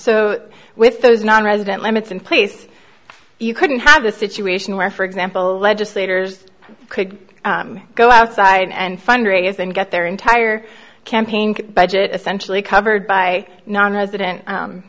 so with those nonresident limits in place you couldn't have a situation where for example legislators could go outside and fundraise and get their entire campaign budget essentially covered by nonresident